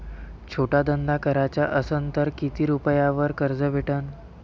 छोटा धंदा कराचा असन तर किती रुप्यावर कर्ज भेटन?